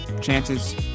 chances